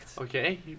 Okay